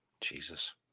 Jesus